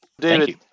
David